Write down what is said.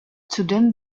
zudem